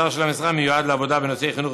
של המשרה מיועד לעבודה בנושאי חינוך,